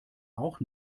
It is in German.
auch